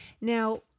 now